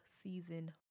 Season